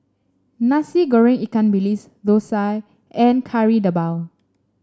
Nasi Goreng Ikan Bilis Dosa and Kari Debal